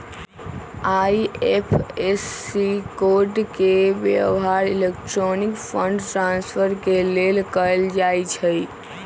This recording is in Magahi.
आई.एफ.एस.सी कोड के व्यव्हार इलेक्ट्रॉनिक फंड ट्रांसफर के लेल कएल जाइ छइ